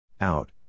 Out